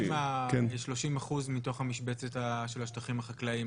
מה עם הכ-30% מתוך המשבצת של השטחים החקלאיים?